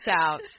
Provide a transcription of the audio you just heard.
out